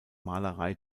malerei